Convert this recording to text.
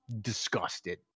disgusted